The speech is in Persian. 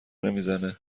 نمیزنه